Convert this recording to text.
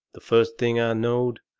the first thing i knowed,